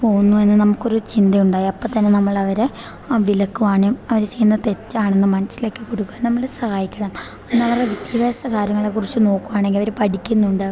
പോകുന്നു എന്ന് നമുക്കൊരു ചിന്തയുണ്ടായാൽ അപ്പം തന്നെ നമ്മളവരെ വിലക്കുവാനും അവർ ചെയ്യുന്നത് തെറ്റാണെന്ന് മനസ്സിലാക്കി കൊടുക്കാനും നമ്മൾ സഹായിക്കണം പിന്നെ അവരുടെ വിദ്യാഭ്യാസ കാര്യങ്ങളെക്കുറിച്ച് നോക്കുവാണെങ്കിൽ അവർ പഠിക്കുന്നുണ്ട്